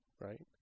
right